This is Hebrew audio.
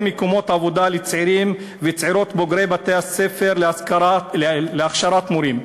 מקומות עבודה לצעירים וצעירות בוגרי בתי-הספר להכשרת מורים.